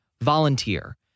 volunteer